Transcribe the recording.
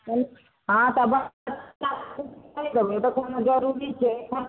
कनि हँ तऽ बच्चा कोनो जरूरी छै अखन